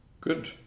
Good